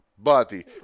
Buddy